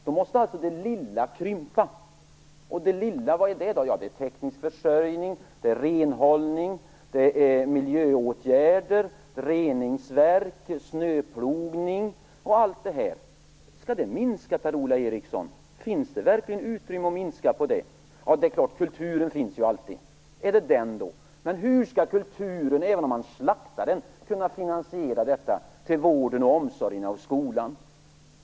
Då måste alltså det lilla krympa. Och vad är då det lilla? Ja, det är teknisk försörjning, renhållning, miljöåtgärder, reningsverk, snöplogning osv. Skall det minska, Per-Ola Eriksson? Finns det verkligen utrymme att minska på det? Ja, kulturen finns ju alltid. Är det den som skall minska? Men hur skall kulturen, även om man slaktar den, kunna finansiera detta till vården, omsorgen och skolan?